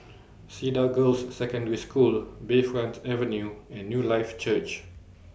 Cedar Girls' Secondary School Bayfront Avenue and Newlife Church